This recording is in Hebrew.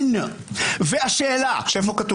אני פשוט פה.